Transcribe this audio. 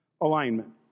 alignment